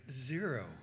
zero